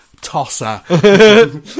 tosser